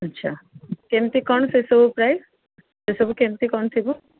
ଆଚ୍ଛା କେମତି କ'ଣ ସେସବୁ ପ୍ରାଇସ୍ ସେସବୁ କେମତି କ'ଣ ଥିବ